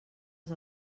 els